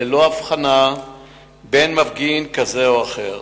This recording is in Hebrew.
ללא הבחנה בין מפגין כזה או אחר.